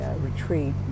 retreat